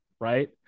Right